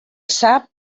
sap